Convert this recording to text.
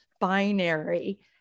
binary